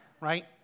Right